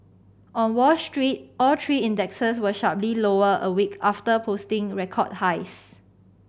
on Wall Street all three indexes were sharply lower a week after posting record highs